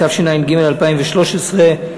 התשע"ג 2013,